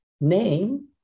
name